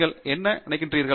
நீங்கள் என்ன நினைக்கிறீர்கள்